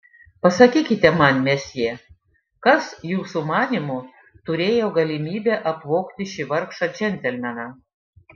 pasakykite man mesjė kas jūsų manymu turėjo galimybę apvogti šį vargšą džentelmeną